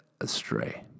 astray